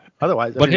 Otherwise